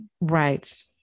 Right